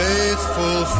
Faithful